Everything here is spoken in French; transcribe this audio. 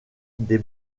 des